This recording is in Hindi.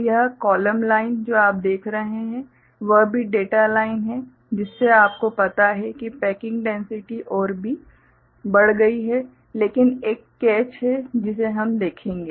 तो यह कॉलम लाइन जो आप देख रहे हैं वह भी डेटा लाइन है जिससे आपको पता है कि पैकिंग डैन्सिटि और भी बढ़ गया है लेकिन एक कैच है जिसे हम देखेंगे